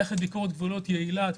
מערכת ביקורת גבולות יעילה.